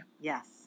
Yes